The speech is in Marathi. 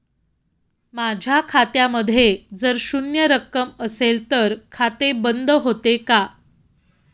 माझ्या खात्यामध्ये जर शून्य रक्कम असेल तर खाते बंद होते का?